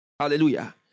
Hallelujah